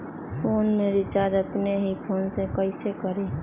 Phone में recharge अपने ही फ़ोन से कईसे करी?